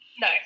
No